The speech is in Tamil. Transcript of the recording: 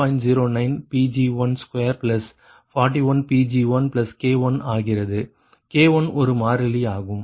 09 Pg1241 Pg1K1 ஆகிறது K1 ஒரு மாறிலி ஆகும்